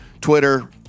Twitter